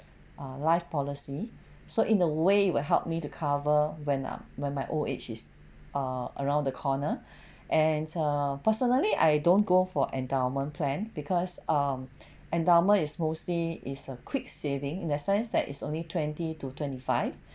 uh life policy so in the way it will help me to cover when ah when my old age is err around the corner and err personally I don't go for endowment plan because um endowment is mostly is a quick saving in a sense that is only twenty to twenty five